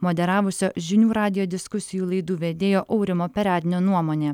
moderavusio žinių radijo diskusijų laidų vedėjo aurimo perednio nuomonė